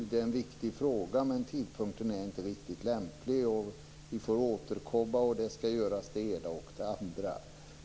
Det är en viktig fråga, men tidpunkten är inte riktigt lämplig, och vi får återkomma, och det ena och det andra skall göras.